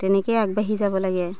তেনেকেই আগবাঢ়ি যাব লাগে